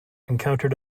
encountered